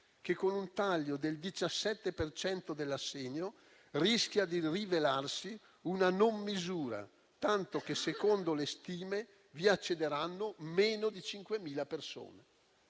che, con un taglio del 17 per cento dell'assegno, rischia di rivelarsi una non misura, tanto che secondo le stime vi accederanno meno di 5.000 persone.